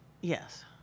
yes